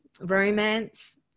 romance